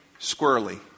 squirrely